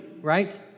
right